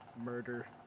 murder